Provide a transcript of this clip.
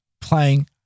playing